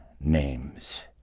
names